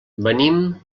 venim